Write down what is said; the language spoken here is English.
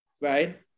right